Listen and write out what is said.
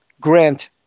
Grant